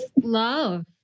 love